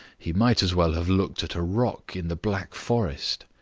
he might as well have looked at a rock in the black forest.